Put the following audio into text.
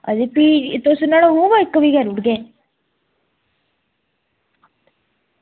अते फ्ही तुस नुहाड़ा होमवर्क बी करी ओड़गे